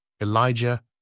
Elijah